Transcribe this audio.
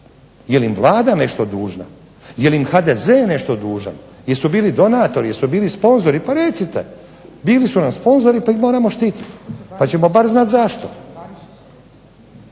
Je li im Vlada nešto dužna? Je li im HDZ nešto dužan? Jesu li bili donatori? Jesu bili sponzori? Pa recite, bili su nam sponzori, pa ih moramo štititi, pa ćemo bar znati zašto.